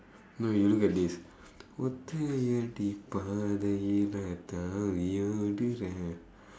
no you look at this ஒத்தையடி பாதையிலே தாவி ஓடுறேன்:oththaiyadi paathaiyilee thaavi oodureen